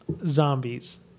zombies